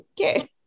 okay